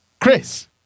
Chris